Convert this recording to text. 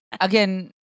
again